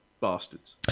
Bastards